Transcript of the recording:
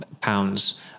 pounds